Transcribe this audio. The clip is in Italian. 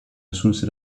assunse